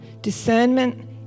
discernment